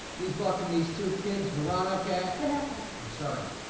please welcome these two kids, veronica. vanessa. i'm sorry,